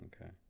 okay